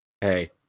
Hey